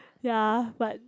ya but